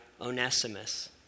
Onesimus